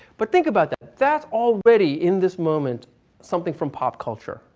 but think about that that's already in this moment something from pop culture.